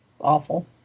awful